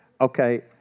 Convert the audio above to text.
Okay